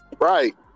Right